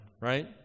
right